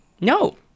no